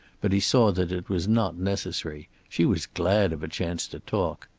but he saw that it was not necessary. she was glad of a chance to talk.